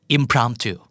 Impromptu